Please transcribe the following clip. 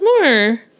more